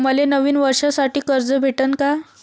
मले नवीन वर्षासाठी कर्ज भेटन का?